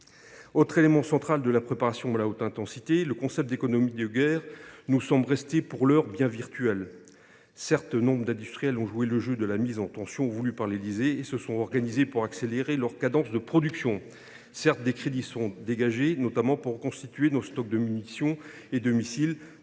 Autre élément central de la préparation à la haute intensité, le concept d’économie de guerre nous semble rester, pour l’heure, bien virtuel. Certes, nombre d’industriels ont joué le jeu de la « mise en tension » voulue par l’Élysée et se sont organisés pour accélérer leur cadence de production ; certes, des crédits sont dégagés, notamment pour reconstituer nos stocks de munitions et de missiles,